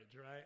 right